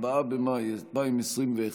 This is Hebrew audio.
4 במאי 2021,